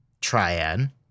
triad